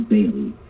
Bailey